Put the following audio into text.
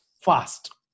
fast